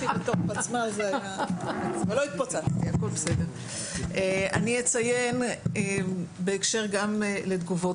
אני אציין בהקשר לתגובות.